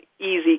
easy